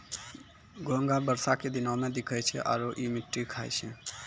घोंघा बरसा के दिनोॅ में दिखै छै आरो इ मिट्टी खाय छै